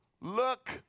look